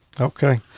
Okay